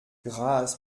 grâce